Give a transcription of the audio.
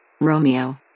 Romeo